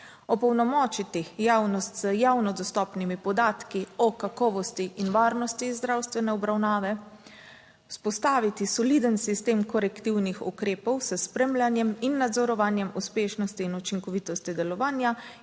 opolnomočiti javnost z javno dostopnimi podatki o kakovosti in varnosti zdravstvene obravnave. Vzpostaviti soliden sistem korektivnih ukrepov s spremljanjem in nadzorovanjem uspešnosti in učinkovitosti delovanja